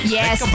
Yes